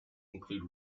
include